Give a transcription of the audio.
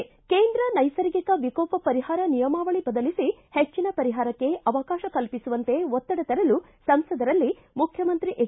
ಿ ಕೇಂದ್ರ ನೈಸರ್ಗಿಕ ವಿಕೋಪ ಪರಿಹಾರ ನಿಯಮಾವಳಿ ಬದಲಿಸಿ ಹೆಚ್ಚಿನ ಪರಿಹಾರಕ್ಕೆ ಅವಕಾಶ ಕಲ್ಪಿಸುವಂತೆ ಒತ್ತಡ ತರಲು ಸಂಸದರಲ್ಲಿ ಮುಖ್ಯಮಂತ್ರಿ ಎಚ್